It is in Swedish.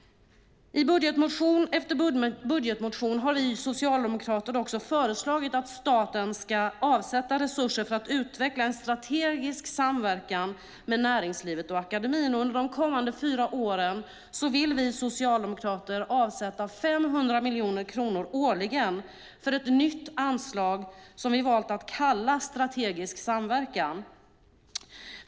I budgetmotion efter budgetmotion har vi socialdemokrater också föreslagit att staten ska avsätta resurser för att utveckla en strategisk samverkan med näringslivet och akademin, och under de kommande fyra åren vill vi socialdemokrater avsätta 500 miljoner kronor årligen för ett nytt anslag, som vi har valt att kalla Strategisk samverkan.